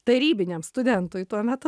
tarybiniam studentui tuo metu